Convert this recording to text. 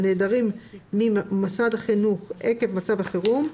הנעדרים ממוסד החינוך עקב מצב החירום,